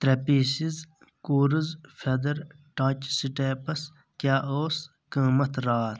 ترٛےٚ pieces covers feather touch steps کیٛاہ اوس قۭمتھ راتھ